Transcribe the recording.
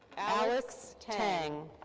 alex taing.